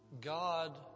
God